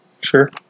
Sure